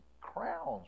crowns